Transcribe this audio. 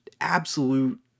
absolute